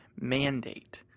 mandate